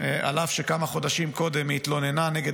על אף שכמה חודשים קודם היא התלוננה נגד